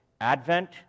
Advent